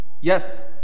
Yes